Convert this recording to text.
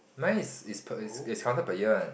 mine's is is is counted per year one